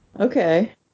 Okay